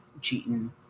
cheating